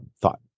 thought